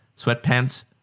Sweatpants